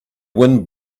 wind